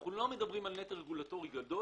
אנחנו לא מדברים על נטל רגולטורי גדול.